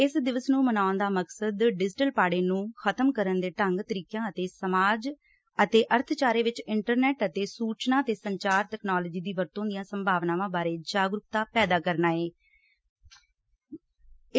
ਇਸ ਦਿਵਸ ਨੁੰ ਮਨਾਉਣ ਦਾ ਮਕਸਦ ਡਿਜੀਟਲ ਪਾੜੇ ਨੂੰ ਖਤਮ ਕਰਨ ਦੇ ਢੰਗ ਤਰੀਕਿਆਂ ਅਤੇ ਸਮਾਜ ਅਤੇ ਅਰਥਚਾਰੇ ਵਿਚ ਇੰਟਰਨੈੱਟ ਅਤੇ ਸੁਚਨਾ ਤੇ ਸੰਚਾਰ ਤਕਨਾਲੋਜੀ ਦੀ ਵਰਤੋਂ ਦੀਆਂ ਸੰਭਾਵਨਾਵਾਂ ਬਾਰੇ ਜਾਗਰੁਕਤਾ ਪੈਦਾ ਕਰਨਾ ਏ